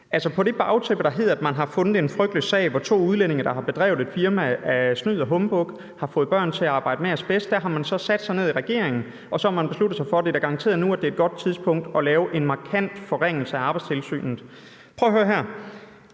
på det bagtæppe, der hedder, at man har fundet en frygtelig sag, hvor to udlændinge, der har bedrevet et firma med snyd og humbug, har fået børn til at arbejde med asbest, har man sat sig ned i regeringen og besluttet sig for, at det da garanteret er nu, at det er et godt tidspunkt at lave en markant forringelse af Arbejdstilsynet. Prøv at høre her: